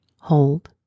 Hold